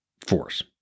force